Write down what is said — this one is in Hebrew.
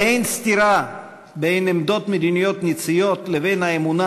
אין סתירה בין עמדות מדיניות נציות לבין האמונה